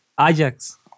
Ajax